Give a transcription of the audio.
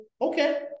okay